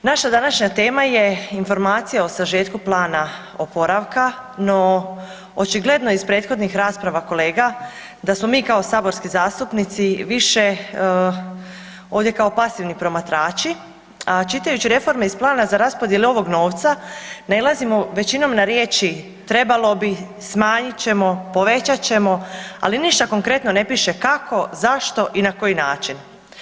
Naša današnja tema je Informacija o sažetku plana oporavka, no očigledno iz prethodnih rasprava kolega da smo mi kao saborski zastupnici više ovdje kao pasivni promatrači, a čitajući reforme iz plana za raspodjele ovog novca nailazimo većinom na riječi „trebalo bi“, „smanjit ćemo“, „povećat ćemo“, ali ništa konkretno ne piše kako, zašto i na koji način.